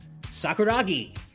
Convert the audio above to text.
Sakuragi